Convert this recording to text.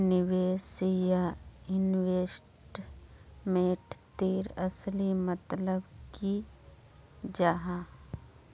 निवेश या इन्वेस्टमेंट तेर असली मतलब की जाहा?